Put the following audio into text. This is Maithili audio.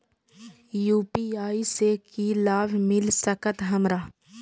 यू.पी.आई से की लाभ मिल सकत हमरा?